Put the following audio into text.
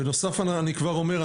בנוסף אני כבר אומר,